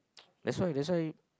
that's why that's why